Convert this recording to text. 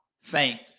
faint